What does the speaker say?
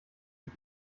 mit